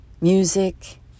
music